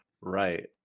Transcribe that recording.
right